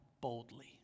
boldly